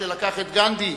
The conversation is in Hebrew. כשלקח את גנדי,